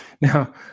Now